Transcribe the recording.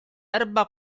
erba